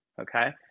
okay